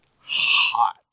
hot